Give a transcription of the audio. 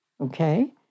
okay